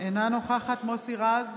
אינה נוכחת מוסי רז,